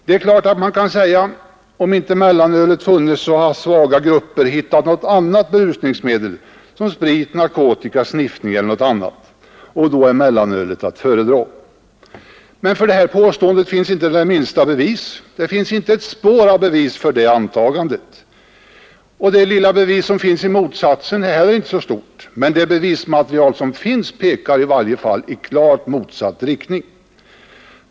Det är klart att man kan säga: Om inte mellanölet funnits så skulle svaga grupper ha hittat något annat berusningsmedel såsom sprit, narkotika, sniffning eller annat, och då är mellanölet att föredra. Men det finns inte ett spår av bevis för ett sådant antagande. Det bevismaterial som finns är inte stort men det pekar i klart motsatt riktning.